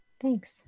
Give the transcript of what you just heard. Thanks